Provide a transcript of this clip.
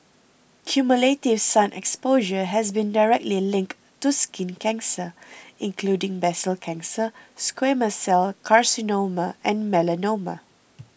cumulative sun exposure has been directly linked to skin cancer including basal cell cancer squamous cell carcinoma and melanoma